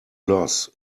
loss